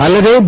ಅಲ್ಲದೆ ಬಿ